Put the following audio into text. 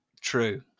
True